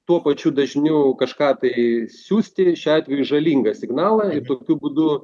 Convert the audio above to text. tuo pačiu dažniu kažką tai siųsti šiuo atveju žalingą signalą ir tokiu būdu